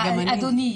אדוני,